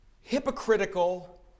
hypocritical